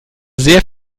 sehr